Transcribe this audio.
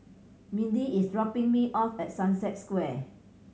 Mindi is dropping me off at Sunset Square